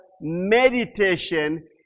meditation